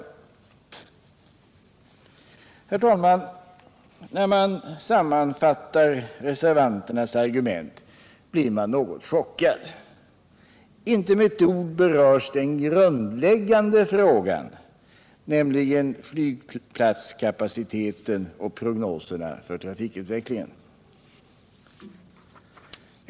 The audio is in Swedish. Herr talman! När man har sammanfattat reservanternas argument blir man något chockad. Inte med ett ord berörs den grundläggande frågan, nämligen flygplatskapaciteten och prognoserna för trafikutvecklingen.